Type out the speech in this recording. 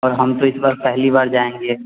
और हम तो इस बार पहली बार जाएँगे